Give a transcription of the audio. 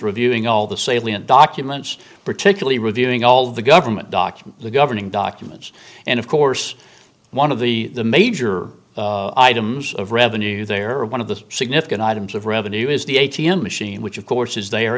reviewing all the salient documents particularly reviewing all the government documents the governing documents and of course one of the the major items of revenue there are one of the significant items of revenue is the a t m machine which of course is they are